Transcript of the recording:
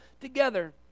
together